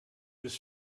was